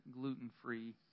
gluten-free